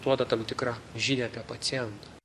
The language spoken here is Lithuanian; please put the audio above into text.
duoda tam tikrą žinią apie pacientą